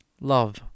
Love